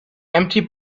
empty